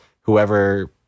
whoever